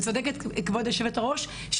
וצודקת כבוד היושבת-ראש,